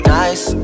nice